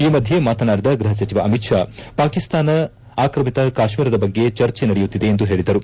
ಈ ಮಧ್ಯೆ ಮಾತನಾಡಿದ ಗೈಹಸಚಿವ ಅಮಿತ್ ಷಾ ಪಾಕಿಸ್ತಾನ ಆಕ್ರಮಿತ ಕಾಶ್ವೀರದ ಬಗ್ಗೆ ಚರ್ಚೆ ನಡೆಯುತ್ತಿದೆ ಎಂದು ಹೇಳಿದರು